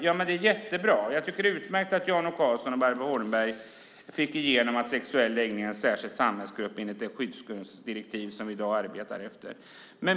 Jag tycker att det är utmärkt att Jan O Karlsson och Barbro Holmberg fick igenom att sexuell läggning är en särskild samhällsgrupp enligt det skyddsgrundsdirektiv som vi i dag arbetar efter.